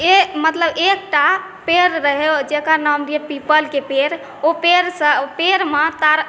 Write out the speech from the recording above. एक मतलब एकटा पेड़ रहै जेकर नाम रहय पीपलके पेड़ ओ पेड़सँ ओ पेड़मे तारा